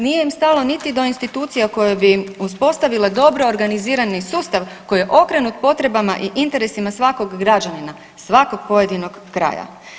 Nije im stalo niti do institucija koje bi im uspostavile dobro organizirani sustav koji je okrenut potrebama i interesima svakog građanina, svakog pojedinog kraja.